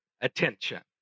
attention